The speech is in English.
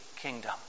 kingdom